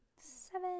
Seven